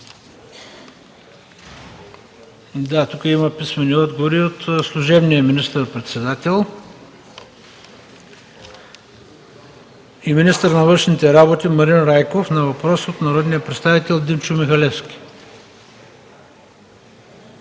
раздадем писмените отговори от: – служебния министър-председател и министър на външните работи Марин Райков – на въпрос от народния представител Димчо Михалевски;